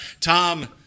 Tom